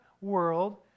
world